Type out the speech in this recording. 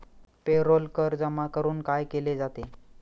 Payroll कर जमा करून काय केले जाते?